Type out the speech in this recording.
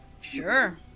Sure